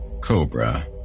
Cobra